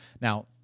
Now